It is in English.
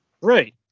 Right